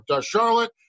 Charlotte